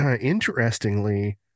Interestingly